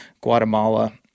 Guatemala